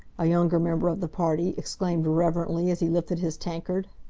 a younger member of the party exclaimed reverently, as he lifted his tankard.